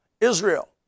Israel